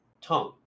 tongue